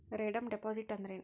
Redeem deposit ಅಂದ್ರೇನ್?